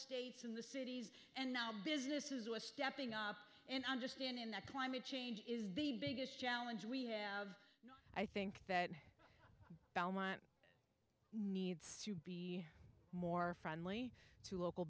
states in the cities and not businesses were stepping up and understand in the climate change is the biggest challenge we have i think that needs to be more friendly to local